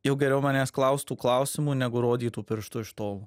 jau geriau manęs klaustų klausimų negu rodytų pirštu iš tolo